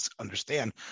understand